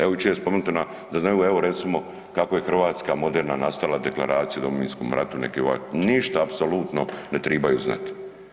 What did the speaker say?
Evo jučer je spomenuto da znaju evo recimo kako je Hrvatska moderna nastala, Deklaracija o Domovinskom ratu, ništa apsolutno ne tribaju znat.